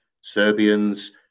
Serbians